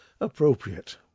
appropriate